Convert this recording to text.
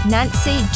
Nancy